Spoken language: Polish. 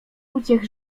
uciech